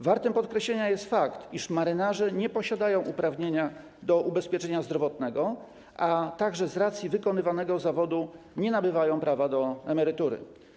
Warty podkreślenia jest fakt, iż marynarze nie posiadają uprawnienia do ubezpieczenia zdrowotnego, a także z racji wykonywanego zawodu nie nabywają prawa do emerytury.